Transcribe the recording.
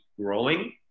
growing